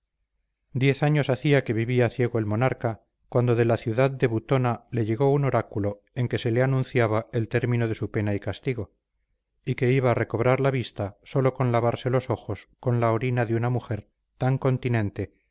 diez años hacía que vivía ciego el monarca cuando de la ciudad de butona le llegó un oráculo en que se le anunciaba el término de su pena y castigo y que iba a recobrar la vista sólo con lavarse los ojos con la orina de una mujer tan continente